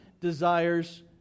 desires